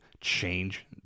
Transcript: change